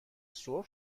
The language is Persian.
سرخ